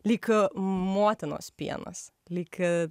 lyg motinos pienas lyg